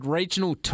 Regional